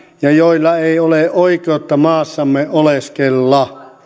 ja joilla ei ole oikeutta maassamme oleskella